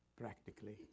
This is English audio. practically